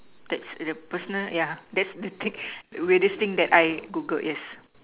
that's the personal yeah that's the thing weirdest thing I Google is